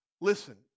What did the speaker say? Listen